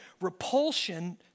repulsion